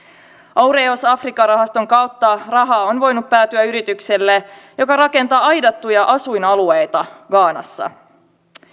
aureos africa rahaston kautta rahaa on voinut päätyä yritykselle joka rakentaa aidattuja asuinalueita ghanassa